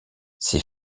ses